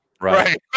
right